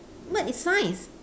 but it's science